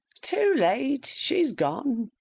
too late! she's gone.